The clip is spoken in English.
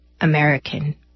American